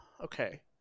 okay